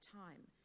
time